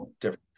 different